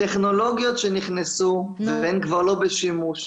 טכנולוגיות שנכנסו והן כבר לא בשימוש,